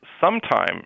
sometime